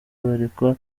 berekwa